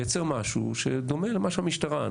לייצר משהו שדומה למה שהמשטרה.